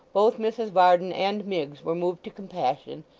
both mrs varden and miggs were moved to compassion,